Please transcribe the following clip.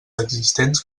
existents